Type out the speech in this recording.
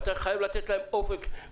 אתה חייב לתת להם אופק.